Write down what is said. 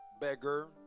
beggar